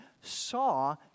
saw